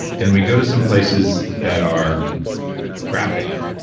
and we go to some places that are graphic,